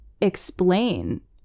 explain